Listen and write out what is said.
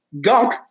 gunk